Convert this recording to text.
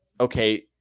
okay